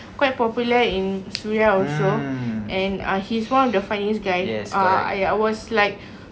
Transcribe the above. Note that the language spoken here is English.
quite popular in suria also and uh he's one of the funniest guy ah I was like